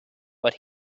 but